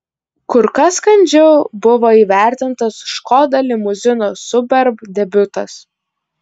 kur kas kandžiau buvo įvertintas škoda limuzino superb debiutas